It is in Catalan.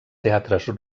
teatres